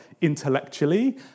intellectually